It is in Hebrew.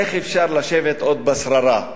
איך אפשר לשבת עוד בשררה.